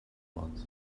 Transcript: month